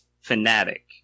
fanatic